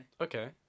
Okay